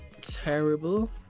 terrible